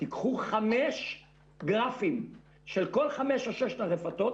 תיקחו חמישה גרפים של כל חמש או שש הרשתות,